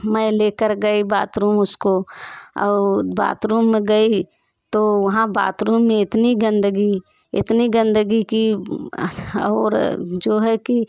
मैं ले कर गई बातरूम उसको और बातरूम में गई तो वहाँ बातरूम में इतनी गंदगी इतनी गंदगी कि और जो है कि